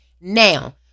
now